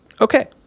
okay